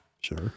sure